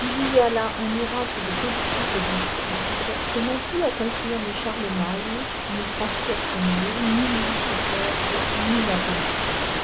il y a là un miracle de politique et d'équilibre que n'ont pu accomplir ni charlemagne ni françois p r ni louis xiv ni napoléon i er